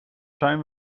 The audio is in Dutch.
zijn